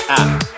app